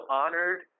honored